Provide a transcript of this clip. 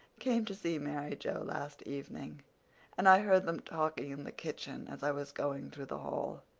came to see mary joe last evening and i heard them talking in the kitchen as i was going through the hall.